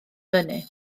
fyny